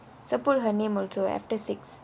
so put her name also after six